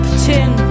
tin